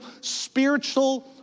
spiritual